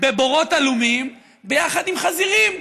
בבורות עלומים ביחד עם חזירים.